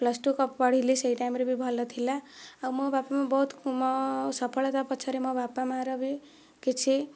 plus two ପଢ଼ିଲି ସେହି time ରେ ବି ଭଲ ଥିଲା ଆଉ ମୋ ବାପା ମା ବହୁତ ମୋ ସଫଳତା ପଛରେ ମୋ ବାପା ମା ର ବି କିଛି